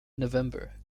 november